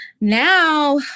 Now